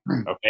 okay